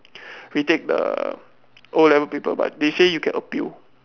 retake the o-level paper but they say you can appeal